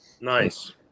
Nice